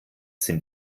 sind